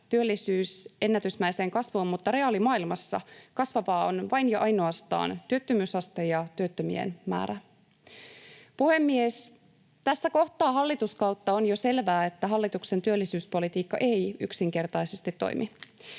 työllisyys ennätysmäiseen kasvuun, mutta reaalimaailmassa kasvavaa on vain ja ainoastaan työttömyysaste ja työttömien määrä. Puhemies! Tässä kohtaa hallituskautta on jo selvää, että hallituksen työllisyyspolitiikka ei yksinkertaisesti toimi.